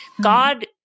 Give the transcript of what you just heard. God